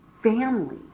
family